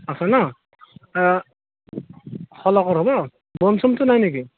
আছে ন শালকৰ হ'ব বনচোমটো নাই নেকি